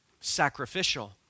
sacrificial